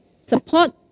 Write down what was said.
Support